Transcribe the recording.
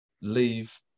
leave